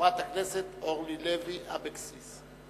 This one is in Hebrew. חברת הכנסת אורלי לוי אבקסיס.